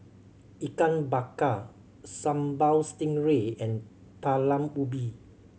Ikan Bakar Sambal Stingray and Talam Ubi